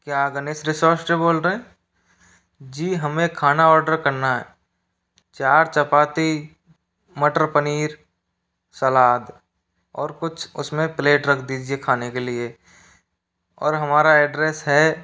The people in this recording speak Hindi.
क्या गणेश रिशॉट से बोल रहें जी हमें खाना ऑर्डर करना है चार चपाती मटर पनीर सलाद और कुछ उस में प्लेट रख दीजिए खाने के लिए और हमारा एड्रेस है